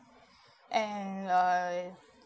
and I